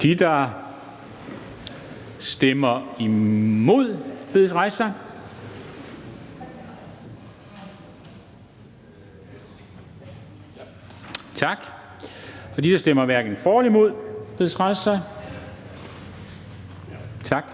De, der stemmer imod, bedes rejse sig. Tak. De, der stemmer hverken for eller imod, bedes rejse sig. Tak.